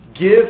give